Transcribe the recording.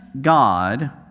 God